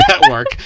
Network